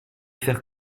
faire